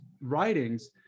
writings